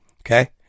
Okay